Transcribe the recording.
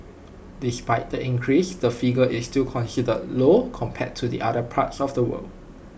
despite the increase the figure is still considered low compared to other parts of the world